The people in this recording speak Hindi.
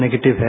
नेगेटिव है